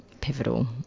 pivotal